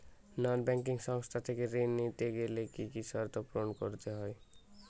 নন banking সংস্থা থেকে ঋণ নিতে গেলে কি কি শর্ত পূরণ করতে হয়?